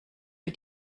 für